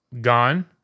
gone